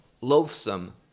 loathsome